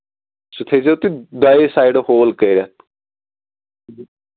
سُہ تھٲیزیو تُہۍ دۄیے سایڈٕ ہول کٔرِتھ